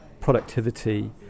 productivity